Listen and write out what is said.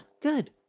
good